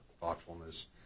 thoughtfulness